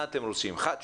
מה אתם רוצים אחת,